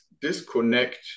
disconnect